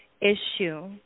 issue